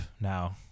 Now